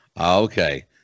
Okay